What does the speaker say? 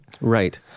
Right